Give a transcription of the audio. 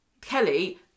Kelly